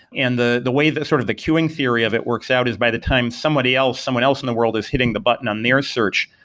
and the the way sort of the queuing theory of it works out is by the time somebody else, someone else in the world is hitting the button on their search,